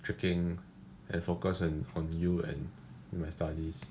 tricking and focus on on you and my studies